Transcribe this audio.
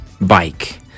bike